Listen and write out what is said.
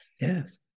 Yes